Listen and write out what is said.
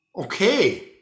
Okay